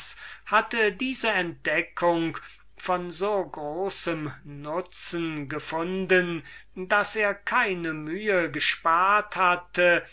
hatte diese entdeckung von so großem nutzen gefunden daß er keine mühe gesparet hatte